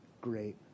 great